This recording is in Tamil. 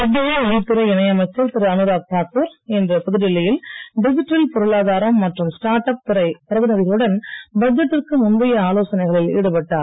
மத்திய நிதித்துறை இணை அமைச்சர் திரு அனுராக் தாக்கூர் இன்று புதுடில்லியில் டிஜிட்டல் பொருளாதாரம் மற்றும் ஸ்டார்ட் அப் துறைப் பிரதிநிதிகளுடன் பட்ஜெட்டிற்கு முந்தைய ஆலோசனைகளில் ஈடுபட்டார்